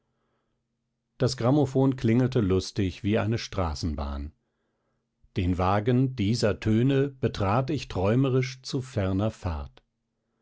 das grammophon klingelte lustig wie eine straßenbahn den wagen dieser töne betrat ich träumerisch zu ferner fahrt